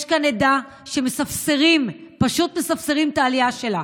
יש כאן עדה שמספסרים את העלייה שלה.